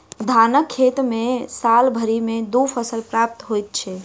धानक खेत मे साल भरि मे दू फसल प्राप्त होइत छै